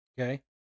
Okay